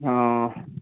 অ